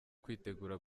kwitegura